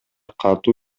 катуу